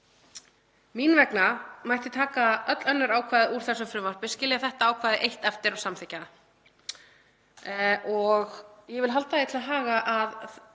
Mín vegna mætti taka öll önnur ákvæði úr þessu frumvarpi, skilja þetta ákvæði eitt eftir og samþykkja það. Ég vil halda því til haga að